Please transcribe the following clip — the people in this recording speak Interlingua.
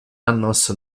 annos